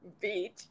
Beach